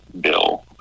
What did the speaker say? bill